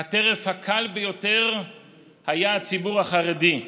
הטרף הקל ביותר היה הציבור החרדי.